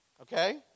Okay